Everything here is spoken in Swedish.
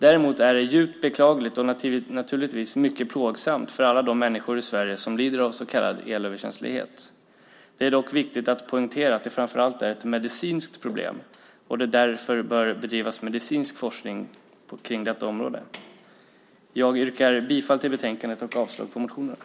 Däremot är det hela djupt beklagligt och naturligtvis mycket plågsamt för alla de människor i Sverige som lider av så kallad elöverkänslighet. Det är dock viktigt att poängtera att det framför allt är ett medicinskt problem och att det därför bör bedrivas medicinsk forskning på detta område. Jag yrkar bifall till utskottets förslag i betänkandet och avslag på motionerna.